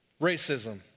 racism